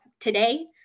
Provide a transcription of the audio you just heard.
today